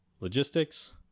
logistics